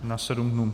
Na sedm dnů.